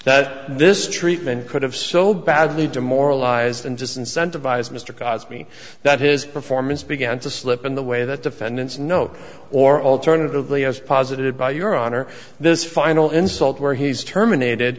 that this treatment could have so badly demoralized and just incentivized mr caused me that his performance began to slip in the way that defendants know or alternatively as posited by your honor this final insult where he's terminated